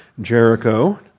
Jericho